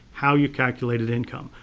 how you calculated income.